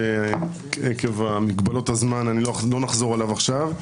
ועקב מגבלות הזמן לא נחזור עליו עכשיו.